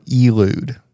elude